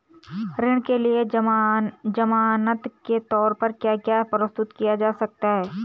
ऋण के लिए ज़मानात के तोर पर क्या क्या प्रस्तुत किया जा सकता है?